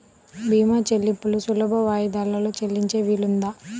భీమా చెల్లింపులు సులభ వాయిదాలలో చెల్లించే వీలుందా?